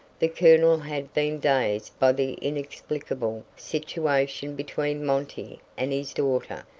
the colonel had been dazed by the inexplicable situation between monty and his daughter,